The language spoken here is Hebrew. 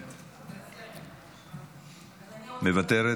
אני מוותרת.